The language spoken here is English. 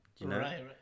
right